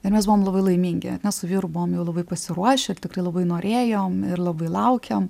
ir mes buvom labai laimingi ar ne su vyru buvom jau labai pasiruošę ir tikrai labai norėjom ir labai laukėm